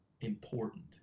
important